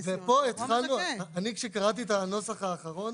כשאני קראתי את הנוסח האחרון,